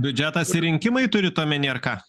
biudžetas ir rinkimai turit omeny ar ką